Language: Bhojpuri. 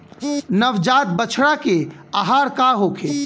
नवजात बछड़ा के आहार का होखे?